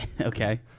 Okay